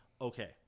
Okay